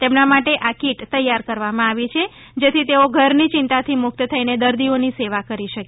તેમનાં માટે આ કિટ તૈયાર કરવામાં આવી છે જેથી તેઓ ઘરની ચિંતાથી મુક્ત થઈને દર્દીઓની સેવા કરી શકે